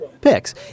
picks